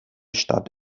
stadt